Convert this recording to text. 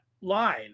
line